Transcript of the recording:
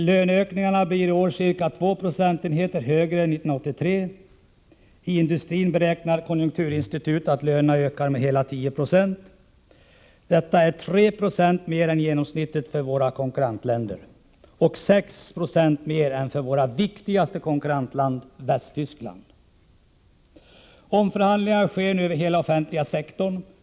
Löneökningarna blir i år ca 2 procentenheter högre än 1983. I industrin beräknar konjunkturinstitutet att lönerna ökar med hela 10 96. Det är 3 26 mer än genomsnittet för våra konkurrentländer och 6 96 mer än för vårt viktigaste konkurrentland Västtyskland. Omförhandlingar sker nu över hela den offentliga sektorn.